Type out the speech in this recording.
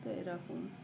তো এই রকম